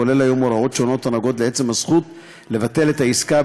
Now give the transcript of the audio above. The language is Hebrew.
כולל היום הוראות שונות הקשורות לעצם הזכות לבטל עסקה,